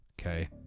okay